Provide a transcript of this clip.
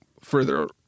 further